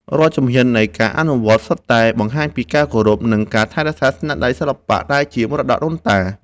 រាល់ជំហាននៃការអនុវត្ត សុទ្ធតែបង្ហាញពីការគោរព និងការថែរក្សាស្នាដៃសិល្បៈដែលជាមរតកដូនតាខ្មែរ។